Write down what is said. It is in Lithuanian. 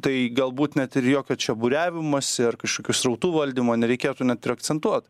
tai galbūt net ir jokio čia būriavimosi ar kažkokių srautų valdymo nereikėtų net ir akcentuot